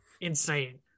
insane